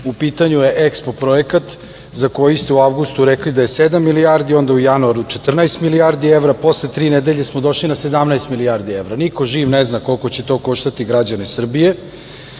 U pitanju je EXPO projekat za koji ste u avgustu rekli da je sedam milijardi, onda u januaru 14 milijardi evra, a posle tri nedelje ste došli na 17 milijardi evra. Niko živ ne zna koliko će to koštati građane Srbije. Sam